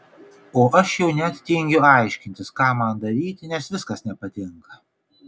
o aš jau net tingiu aiškintis ką man daryti nes viskas nepatinka